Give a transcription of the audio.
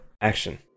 Action